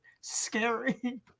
scary